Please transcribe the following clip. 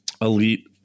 elite